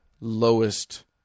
lowest